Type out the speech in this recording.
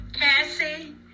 Cassie